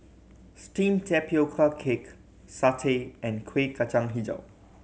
steamed tapioca cake satay and Kuih Kacang Hijau